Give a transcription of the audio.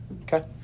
okay